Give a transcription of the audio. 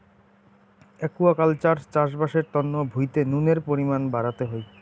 aquaculture চাষবাস এর তন্ন ভুঁইতে নুনের পরিমান বাড়াতে হই